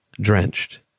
drenched